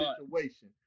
situation